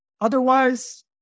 Otherwise